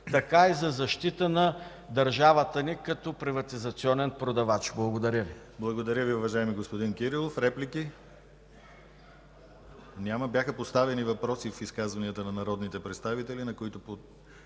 така и за защита на държавата ни като приватизационен продавач. Благодаря Ви. ПРЕДСЕДАТЕЛ ДИМИТЪР ГЛАВЧЕВ: Благодаря Ви, уважаеми господин Кирилов. Реплики? Няма. Бяха поставени въпроси в изказванията на народните представители, на които